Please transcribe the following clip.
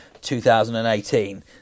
2018